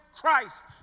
Christ